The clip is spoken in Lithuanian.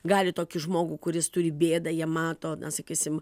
gali tokį žmogų kuris turi bėdą jie mato na sakysim